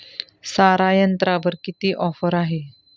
सारा यंत्रावर किती ऑफर आहे?